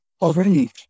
already